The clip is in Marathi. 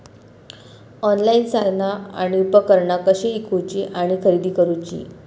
ऑनलाईन साधना आणि उपकरणा कशी ईकूची आणि खरेदी करुची?